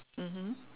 mmhmm